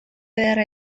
ederra